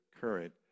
current